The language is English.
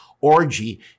orgy